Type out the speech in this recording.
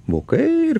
vokai ir